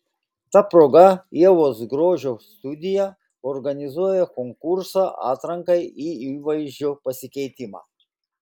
ta proga ievos grožio studija organizuoja konkursą atrankai į įvaizdžio pasikeitimą